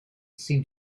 seemed